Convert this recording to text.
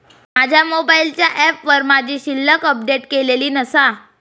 माझ्या मोबाईलच्या ऍपवर माझी शिल्लक अपडेट केलेली नसा